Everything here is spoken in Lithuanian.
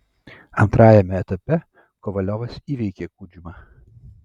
antrajame etape kovaliovas įveikė kudžmą